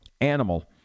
animal